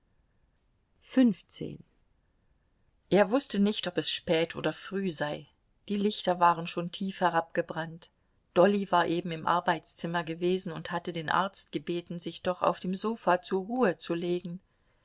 er wußte nicht ob es spät oder früh sei die lichter waren schon tief herabgebrannt dolly war eben im arbeitszimmer gewesen und hatte den arzt gebeten sich doch auf dem sofa zur ruhe zu legen